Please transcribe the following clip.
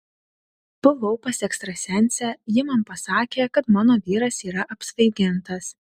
buvau pas ekstrasensę ji man pasakė kad mano vyras yra apsvaigintas